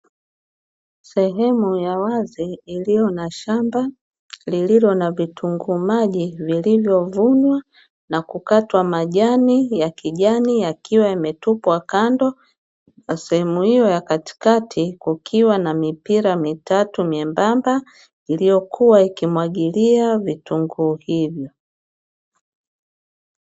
Sehemu ya wazi iliyo na shamba lililo na vitunguu maji vilivyovunwa na kukatwa majani ya kijani yakiwa yametupwa kando, na sehemu hiyo ya katikati kukiwa na mipira mitatu myembamba iliyokuwa ikimwagilia vitunguu hivyo.